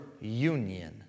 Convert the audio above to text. union